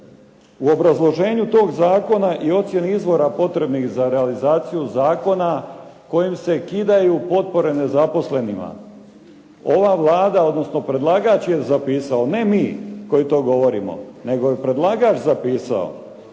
u obrazloženju tog zakona i ocjeni izvora potrebnih za realizaciju zakona kojim se kidaju potpore nezaposlenima, ova Vlada odnosno predlagač je zapisao, ne mi koji to govorimo, nego je predlagač zapisao